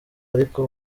ariko